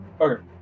Okay